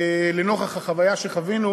נוכח החוויה שחווינו,